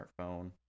smartphone